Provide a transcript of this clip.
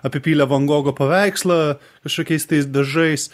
apipylė van gogo paveikslą kažkokiais tais dažais